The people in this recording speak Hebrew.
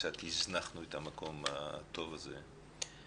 קצת הזנחנו את המקום הטוב הזה.